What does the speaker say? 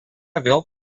vėl